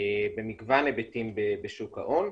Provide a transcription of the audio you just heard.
במגוון היבטים בשוק ההון.